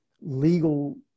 legal